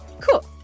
cool